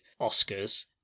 Oscars